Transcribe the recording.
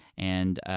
and,